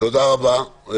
תודה רבה.